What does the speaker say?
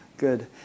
Good